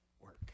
work